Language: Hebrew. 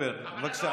אחרי.